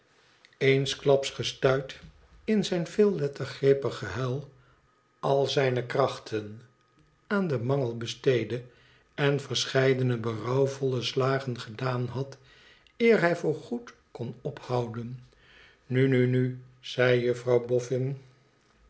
eensklaps gestuit in zijn veellettergrepig gehuil al zijne krachten aan den mangel besteedde en verscheidene berouwvolle slagen gedaan liad eer hij voorgoed kon ophouden nu nu nu zei juffrouw bofhn